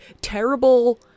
terrible